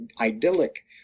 idyllic